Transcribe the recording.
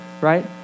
right